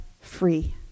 free